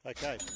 Okay